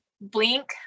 blink